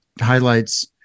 highlights